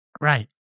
Right